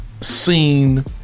seen